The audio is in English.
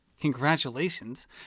congratulations